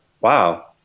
wow